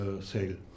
sale